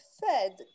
fed